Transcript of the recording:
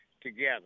together